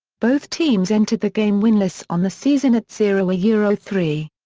both teams entered the game winless on the season at zero ah yeah zero three.